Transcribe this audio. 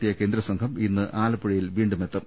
എത്തിയ കേന്ദ്രസംഘം ഇന്ന് ആലപ്പുഴയിൽ വീണ്ടുമെത്തും